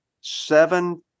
seven